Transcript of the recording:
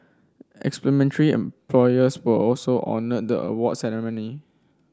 employers were also honoured the award ceremony